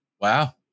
Wow